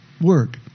work